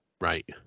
Right